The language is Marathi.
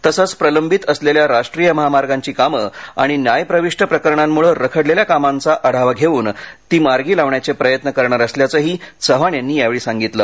तसच प्रलंबित असलेल्या राष्ट्रीय महामार्गांची कामे तसंच न्याय प्रविष्ट प्रकरणांमुळे रखडलेल्या कामांचा आढावा घेवून ती मार्गी लावण्याचे प्रयत्न करणार असल्याचंही चव्हाण यांनी यावेळी सांगितलं